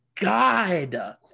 God